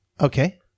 Okay